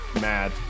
mad